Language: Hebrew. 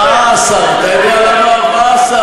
14. אתה יודע למה 14?